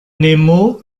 nemo